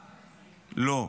לא.